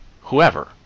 whoever